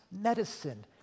medicine